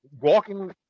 walking